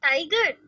Tiger